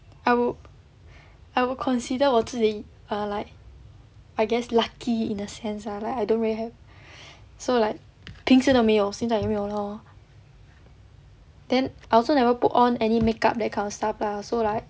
I would I would consider 我自己 err like I guess lucky in a sense ah like I don't really have so like 平时都没有现在也没有 lor then I also never put on any makeup that kind of stuff lah so like